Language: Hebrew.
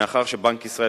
מאחר שבנק ישראל,